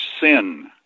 sin